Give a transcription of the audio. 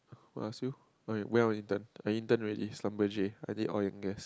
who ask you when when I intern I intern already I did all in gas